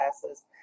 classes